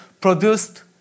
produced